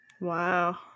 wow